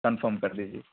confirm کر لیجیے